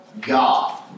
God